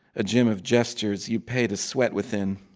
a gym of gestures you pay to sweat within,